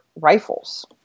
rifles